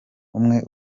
umwe